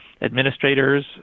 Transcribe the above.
administrators